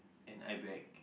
and I beg